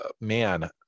Man